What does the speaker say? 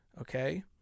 Okay